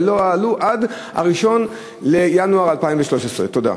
ולא העלו עד 1 בינואר 2013. תודה.